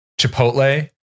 Chipotle